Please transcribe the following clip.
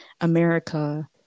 America